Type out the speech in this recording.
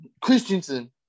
Christensen